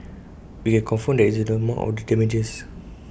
we can confirm that this is the amount of the damages